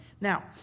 Now